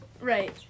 Right